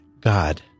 God